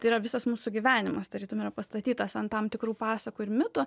tai yra visas mūsų gyvenimas tarytum yra pastatytas ant tam tikrų pasakų ir mitų